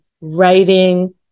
writing